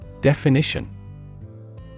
Definition